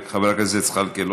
חבר הכנסת זחאלקה,